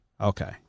Okay